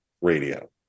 radio